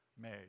made